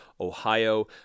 Ohio